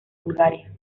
bulgaria